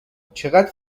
چقدر